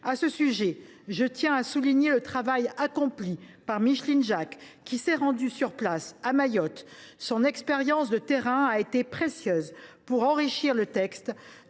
à ce sujet, à souligner le travail accompli par Micheline Jacques, qui s’est rendue sur place, à Mayotte. Son expérience de terrain a été précieuse pour enrichir le texte,